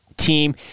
Team